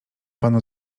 panu